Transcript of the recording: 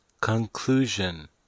Conclusion